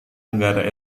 tenggara